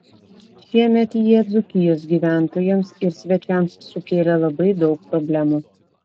šiemet jie dzūkijos gyventojams ir svečiams sukėlė labai daug problemų